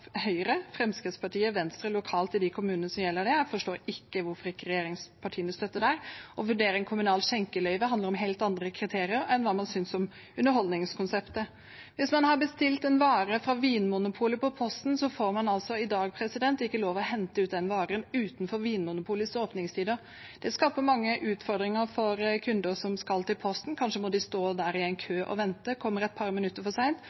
Høyre, Fremskrittspartiet og Venstre lokalt i de kommunene det gjelder. Jeg forstår ikke hvorfor regjeringspartiene ikke støtter dette. Å vurdere et kommunalt skjenkeløyve handler om helt andre kriterier enn hva man synes om underholdningskonseptet. Hvis man har bestilt en vare fra Vinmonopolet i posten, får man i dag ikke lov til å hente ut den varen utenfor Vinmonopolets åpningstider. Det skaper mange utfordringer for kunder som skal på posten. Kanskje må de stå der i en kø og vente, kommer et par minutter for